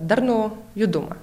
darnų judumą